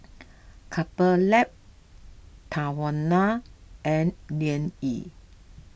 Couple Lab Tahuna and Liang Yi